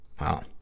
Wow